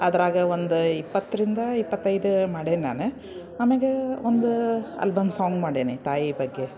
ಅದರಾಗ ಒಂದು ಇಪ್ಪತ್ತರಿಂದ ಇಪ್ಪತ್ತೈದು ಮಾಡಿನಿ ನಾನು ಆಮೇಲ ಒಂದು ಆಲ್ಬಮ್ ಸಾಂಗ್ ಮಾಡಿನಿ ತಾಯಿ ಬಗ್ಗೆ